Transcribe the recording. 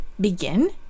begin